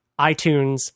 iTunes